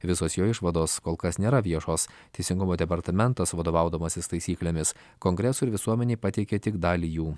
visos jo išvados kol kas nėra viešos teisingumo departamentas vadovaudamasis taisyklėmis kongresui ir visuomenei pateikė tik dalį jų